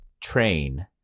train